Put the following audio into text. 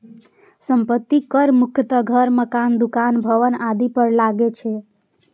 संपत्ति कर मुख्यतः घर, मकान, दुकान, भवन आदि पर लागै छै